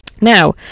Now